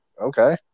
okay